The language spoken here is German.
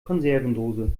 konservendose